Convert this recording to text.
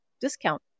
discount